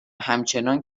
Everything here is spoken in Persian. همچنان